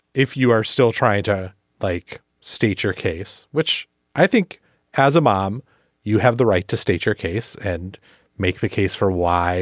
if you are still trying to like state your case which i think as a mom you have the right to state your case and make the case for why